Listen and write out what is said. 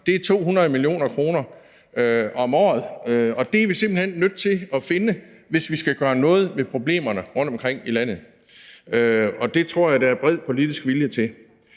er det 200 mio. kr. om året. Det er vi simpelt hen nødt til at finde, hvis vi skal gøre noget ved problemerne rundtomkring i landet, og det tror jeg der er bred politisk vilje til.